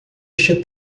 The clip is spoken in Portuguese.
este